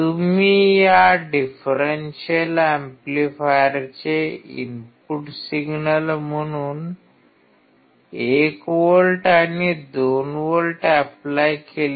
तुम्ही या डिफरेंशियल एम्प्लीफायरचे इनपुट सिग्नल म्हणून १ व्होल्ट आणि २ व्होल्ट ऎप्लाय केले